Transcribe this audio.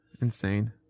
Insane